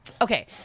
okay